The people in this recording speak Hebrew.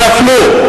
נפלו.